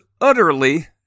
utterly